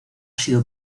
sido